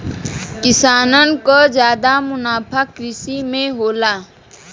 किसानन क जादा मुनाफा कृषि में होला